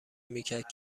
میکرد